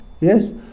yes